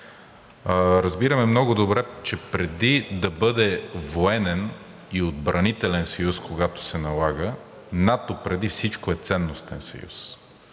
разбираме много добре, че преди да бъде военен и отбранителен съюз, когато се налага, НАТО преди всичко е ценностен съюз